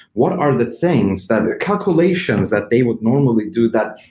what are the things that calculations that they would normally do that?